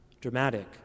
Dramatic